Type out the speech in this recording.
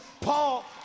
Paul